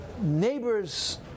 neighbors